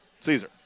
Caesar